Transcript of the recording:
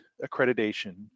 accreditation